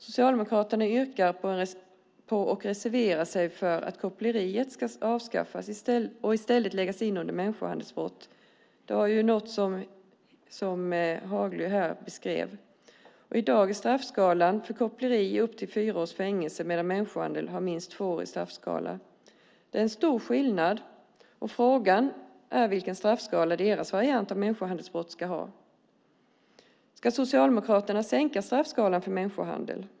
Socialdemokraterna yrkar på och reserverar sig för att koppleribrottet ska avskaffas och i stället läggas in under människohandelsbrottet. Det är något som Kerstin Haglö beskrev. I dag är straffskalan för koppleri upp till fyra års fängelse, medan människohandel har minst två år i straffskalan. Det är alltså mycket stor skillnad, och frågan är vilken straffskala deras variant av människohandelsbrott ska ha. Ska Socialdemokraterna sänka straffskalan för människohandel?